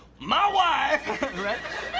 my wife